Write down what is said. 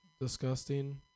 disgusting